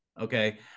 Okay